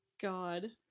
God